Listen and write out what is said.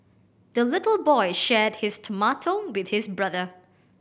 the little boy shared his tomato with his brother